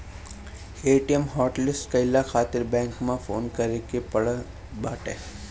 ATM hotlist कईला खातिर bank में फोन करे के पड़त बाटे